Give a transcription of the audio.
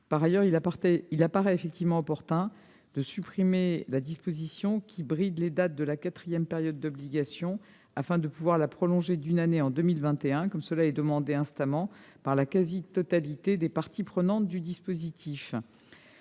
Par ailleurs, il apparaît opportun de supprimer la disposition qui bride les dates de la quatrième période d'obligation, afin de pouvoir prolonger celle-ci d'une année, jusqu'en 2021, comme cela est instamment demandé par la quasi-totalité des parties prenantes au dispositif.